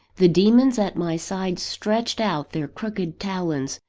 the demons at my side stretched out their crooked talons,